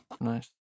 Nice